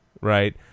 right